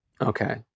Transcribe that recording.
Okay